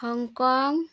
Hong Kong